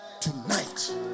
tonight